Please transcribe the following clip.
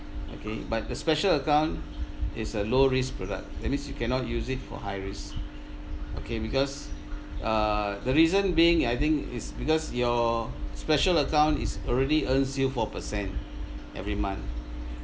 okay but the special account is a low risk product that means you cannot use it for high risk okay because err the reason being I think is because your special account is already earns you four percent every month